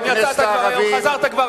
חברי הכנסת הערבים,